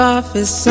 Office